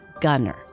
Gunner